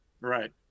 Right